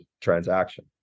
transaction